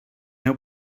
heu